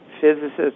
physicists